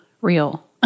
real